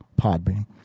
podbean